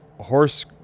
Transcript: horse